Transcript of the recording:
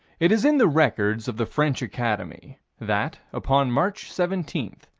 it is in the records of the french academy that, upon march seventeen,